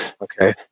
okay